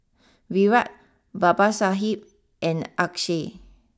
Virat Babasaheb and Akshay